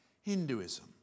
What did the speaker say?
Hinduism